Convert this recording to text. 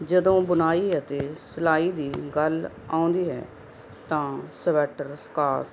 ਜਦੋਂ ਬੁਣਾਈ ਅਤੇ ਸਿਲਾਈ ਦੀ ਗੱਲ ਆਉਂਦੀ ਹੈ ਤਾਂ ਸਵੈਟਰ ਸਕਾਰ